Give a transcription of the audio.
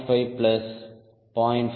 5 plus 0